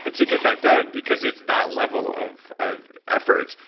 to get that done, because it's that level of of effort.